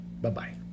Bye-bye